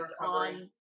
on